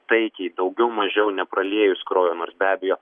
taikiai daugiau mažiau nepraliejus kraujo nors be abejo